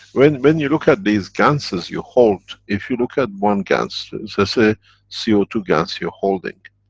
when, when you look at these ganses you hold, if you look at one gans, let's say c o two gans, your holding,